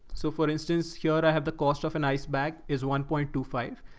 so for instance, here i have the cost of an ice bag is one point two five,